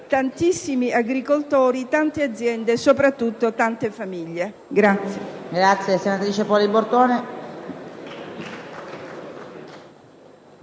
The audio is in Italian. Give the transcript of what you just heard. tantissimi agricoltori, tante aziende, ma soprattutto tante famiglie.